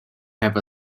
have